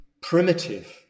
primitive